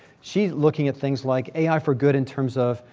she's looking at things like ai for good in terms of,